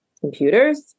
computers